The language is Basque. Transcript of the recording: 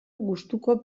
gustuko